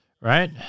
right